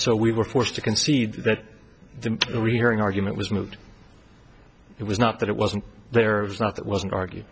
so we were forced to concede that the rehearing argument was moved it was not that it wasn't there was not that wasn't argue